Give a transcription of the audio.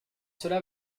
cela